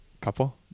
couple